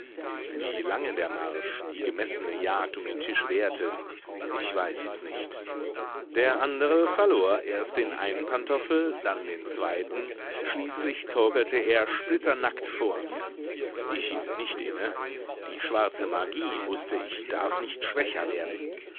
wie lange der marsch die gemessene jagd um den tisch währte ich weiß es nicht der andere verlor erst den einen pantoffel dann den zweiten schließlich torkelte er splitternackt vor mir ich hielt nicht inne die schwarze magie wußte ich darf nicht schwächer werden